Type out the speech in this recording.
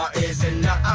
is enough